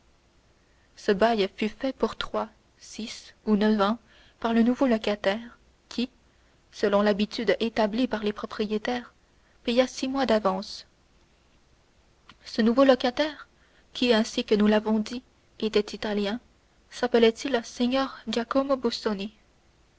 ce bail fut fait pour trois six ou neuf ans par le nouveau locataire qui selon l'habitude établie par les propriétaires paya six mois d'avance ce nouveau locataire qui ainsi que nous l'avons dit était italien sappelait il signor